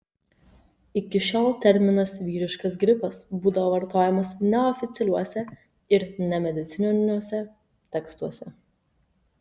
iki šiol terminas vyriškas gripas būdavo vartojamas neoficialiuose ir nemedicininiuose tekstuose